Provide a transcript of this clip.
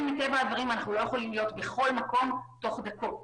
מטבע הדברים אנחנו לא יכולים להיות בכל מקום תוך דקות.